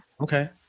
Okay